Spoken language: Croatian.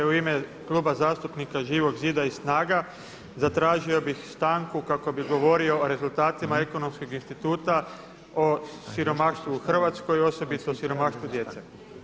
U ime Kluba zastupnika Živog zida i SNAGA zatražio bih stanku kako bih govorio o rezultatima Ekonomskog instituta o siromaštvu u Hrvatskoj osobito o siromaštvu djece.